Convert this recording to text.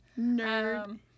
Nerd